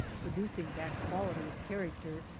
producing that quality of character,